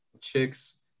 chicks